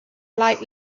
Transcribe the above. light